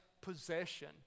possession